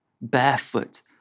barefoot